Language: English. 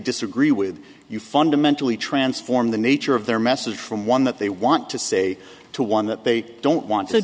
disagree with you fundamentally transform the nature of their message from one that they want to say to one that they don't want to